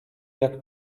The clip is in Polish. jak